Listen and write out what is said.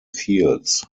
fields